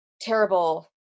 terrible